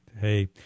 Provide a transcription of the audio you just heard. Hey